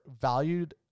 valued